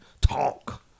talk